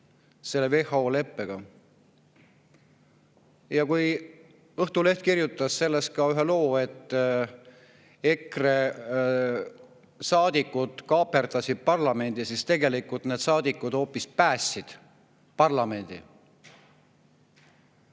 selle WHO leppega. Õhtuleht kirjutas sellest ka ühe loo, et EKRE saadikud kaaperdasid parlamendi, aga tegelikult need saadikud hoopis päästsid parlamendi.